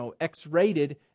X-rated